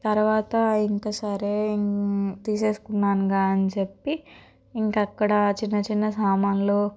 తర్వాత ఇంక సరే ఇం తీసేసుకున్నానుగా అని చెప్పి ఇంకెక్కడా చిన్న చిన్న సామాన్లు